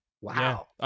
wow